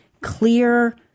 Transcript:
clear